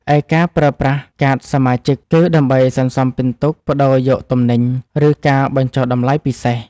ឯការប្រើប្រាស់កាតសមាជិក គឺដើម្បីសន្សំពិន្ទុប្ដូរយកទំនិញ ឬការបញ្ចុះតម្លៃពិសេស។